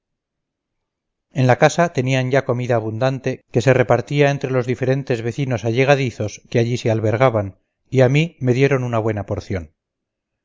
en la casa tenían ya comida abundante que se repartía entre los diferentes vecinos allegadizos que allí se albergaban y a mí me dieron una buena porción